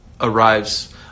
arrives